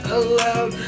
aloud